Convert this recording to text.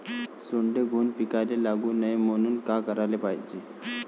सोंडे, घुंग पिकाले लागू नये म्हनून का कराच पायजे?